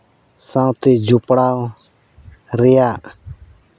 ᱥᱟᱶᱛᱮ ᱡᱚᱯᱲᱟᱣ ᱨᱮᱭᱟᱜ